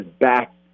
back